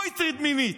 לא הטריד מינית,